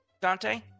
Dante